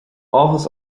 áthas